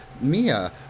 Mia